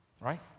Right